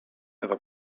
ewa